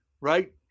right